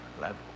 level